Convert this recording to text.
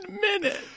minute